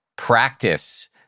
practice